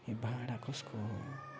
यो भाँडा कसको हो